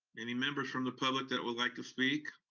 any members from the public that would like to speak?